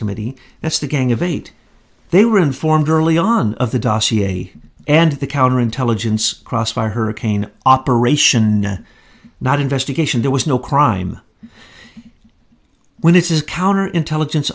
committee that's the gang of eight they were informed early on of the dossier and the counterintelligence crossfire hurricane operation not investigation there was no crime when this is counter intelligence